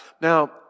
Now